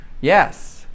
Yes